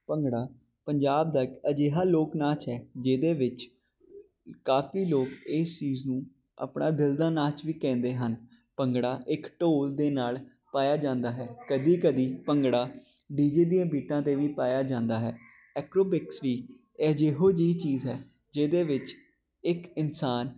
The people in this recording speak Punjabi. ਭੰਗੜਾ ਪੰਜਾਬ ਦਾ ਇੱਕ ਅਜਿਹਾ ਲੋਕ ਨਾਚ ਹੈ ਜਿਹਦੇ ਵਿੱਚ ਕਾਫ਼ੀ ਲੋਕ ਇਸ ਚੀਜ਼ ਨੂੰ ਆਪਣਾ ਦਿਲ ਦਾ ਨਾਚ ਵੀ ਕਹਿੰਦੇ ਹਨ ਭੰਗੜਾ ਇੱਕ ਢੋਲ ਦੇ ਨਾਲ ਪਾਇਆ ਜਾਂਦਾ ਹੈ ਕਦੀ ਕਦੀ ਭੰਗੜਾ ਡੀ ਜੇ ਦੀਆਂ ਬੀਟਾਂ 'ਤੇ ਵੀ ਪਾਇਆ ਜਾਂਦਾ ਹੈ ਐਕਰੋਬਿਕਸ ਵੀ ਇਹੋ ਜਿਹੀ ਚੀਜ਼ ਹੈ ਜਿਹਦੇ ਵਿੱਚ ਇੱਕ ਇਨਸਾਨ